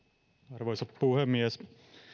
arvoisa puhemies